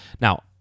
Now